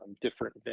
different